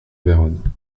vérone